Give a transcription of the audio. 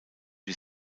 die